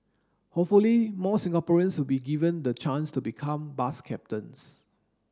hopefully more Singaporeans will be given the chance to become bus captains